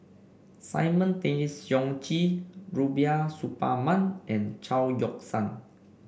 Simon Tay Seong Chee Rubiah Suparman and Chao Yoke San